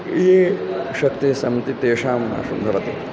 याः शक्तयः सन्ति तेषां न शुभं भवति